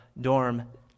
dorm